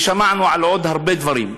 ושמענו על עוד הרבה דברים.